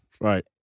right